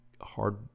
hard